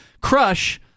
crush